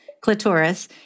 clitoris